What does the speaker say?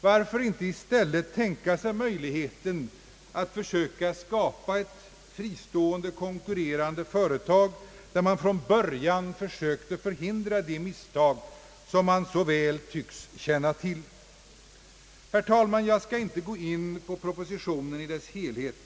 Varför inte i stället tänka sig möjligheten att försöka skapa ett fristående konkurrerande företag, där man från början sökte förhindra de misstag som man så väl tycks känna till? Herr talman, jag skall inte gå in på propositionen i dess helhet.